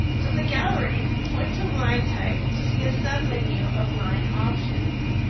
from the gallery point to line type to see a sub-menu of line options.